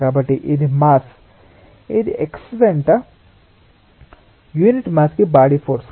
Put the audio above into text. కాబట్టి ఇది మాస్ ఇది x వెంట యూనిట్ మాస్ కి బాడీ ఫోర్స్